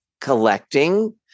collecting